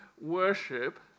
worship